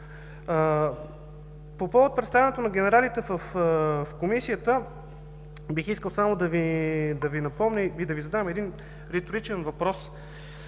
По повод представянето на генералите в Комисията бих искал само да Ви напомня и да Ви задам един риторичен въпрос: